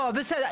לא, בסדר.